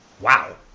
wow